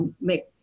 make